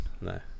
No